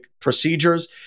procedures